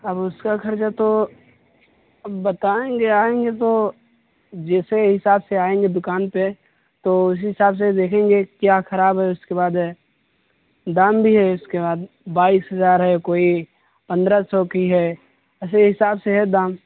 اب اس کا خرچہ تو اب بتائیں گے آئیں گے تو جیسے حساب سے آئیں گے دکان پہ تو اسی حساب سے دیکھیں گے کیا خراب ہے اس کے بعد ہے دام بھی ہے اس کے بعد بائیس ہزار ہے کوئی پندرہ سو کی ہے ایسے حساب سے ہے دام